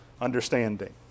understanding